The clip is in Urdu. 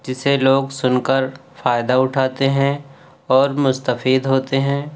جسے لوگ سن کر فائدہ اٹھاتے ہیں اور مستفید ہوتے ہیں